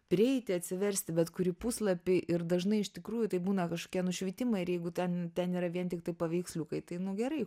prieiti atsiversti bet kurį puslapį ir dažnai iš tikrųjų tai būna kažkokie nušvitimai ir jeigu ten ten yra vien tiktai paveiksliukai tai nu gerai